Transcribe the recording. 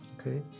Okay